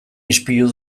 ispilu